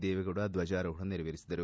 ದೇವೇಗೌಡ ದ್ವಜಾರೋಹಣ ನೆರವೇರಿಸಿದರು